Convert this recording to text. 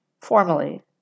formally